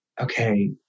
okay